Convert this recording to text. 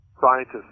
scientists